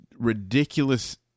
ridiculous